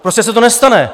Prostě se to nestane.